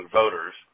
voters